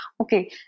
Okay